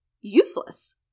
useless